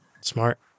Smart